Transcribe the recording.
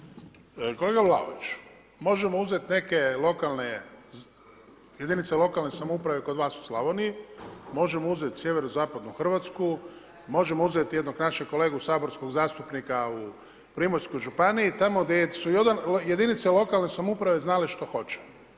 Kolega Vlaović, možemo uzeti neke lokalne, jedinice lokalne samouprave kod vas u Slavoniji, možemo uzeti sjeverozapadnu Hrvatsku, možemo uzeti jednog našeg kolegu saborskog zastupnika u Primorskoj županiji tamo gdje su jedinice lokalne samouprave znale što hoće.